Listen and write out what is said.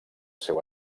seu